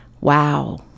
wow